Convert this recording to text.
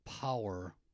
power